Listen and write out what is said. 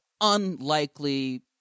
unlikely